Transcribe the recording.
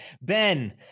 Ben